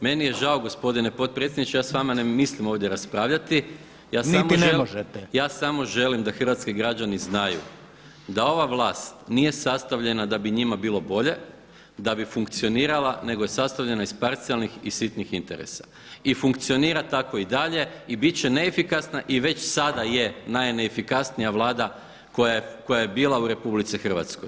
Meni je žao gospodine potpredsjedniče, ja s vama ne mislim ovdje raspravljati, ja samo želim [[Upadica Reiner: Niti ne možete.]] da hrvatski građani znaju da ova vlast nije sastavljena da bi njima bilo bolje, da bi funkcionirala nego je sastavljena iz parcijalnih i sitnih interesa i funkcionira tako i dalje i bit će neefikasna i već sada je najneefikasnija Vlada koja je bila u RH.